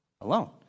alone